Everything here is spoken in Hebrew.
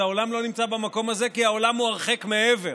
אז העולם לא נמצא במקום הזה כי העולם הוא הרחק מעבר.